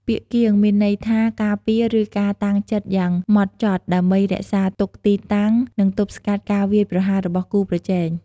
ពាក្យ "គៀង" មានន័យថា ការពារ ឬការតាំងចិត្តយ៉ាងម៉ត់ចត់ ដើម្បីរក្សាទុកទីតាំង និងទប់ស្កាត់ការវាយប្រហាររបស់គូប្រជែង។